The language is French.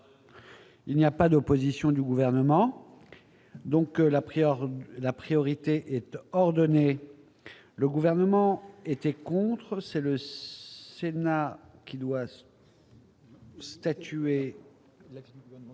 Il n'y a pas d'opposition du gouvernement donc la prière, la priorité étant ordonnée le gouvernement était contre, c'est le Sénat qui doit. Statuer